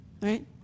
Right